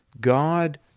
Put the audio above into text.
God